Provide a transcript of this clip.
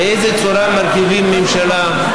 באיזו צורה מרכיבים ממשלה,